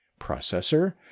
processor